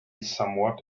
somewhat